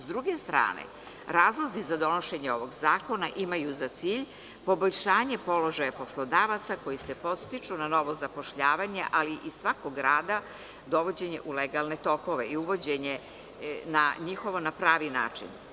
S druge strane, razlozi za donošenje ovog zakona imaju za cilj poboljšanje položaja poslodavaca koji se podstiču na novo zapošljavanje, ali i svakog rada dovođenje u legalne tokove i uvođenje njihovo na pravi način.